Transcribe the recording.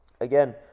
again